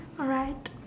alright